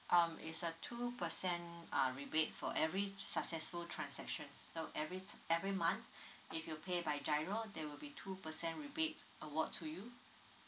um is a two percent uh rebate for every successful transactions so every every month if you pay by GIRO there will be two percent rebates award to you